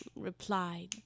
replied